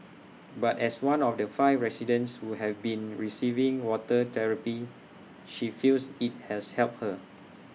but as one of the five residents who have been receiving water therapy she feels IT has helped her